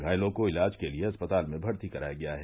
घायलों को इलाज के लिये अस्पताल में भर्ती कराया गया है